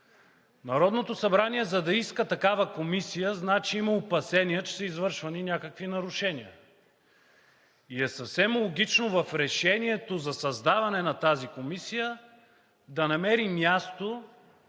Народното събрание, за да иска такава комисия, значи има опасения, че са извършвани някакви нарушения. И е съвсем логично в решението за създаване на тази комисия да намери място